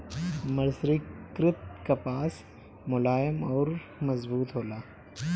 मर्सरीकृत कपास मुलायम अउर मजबूत होला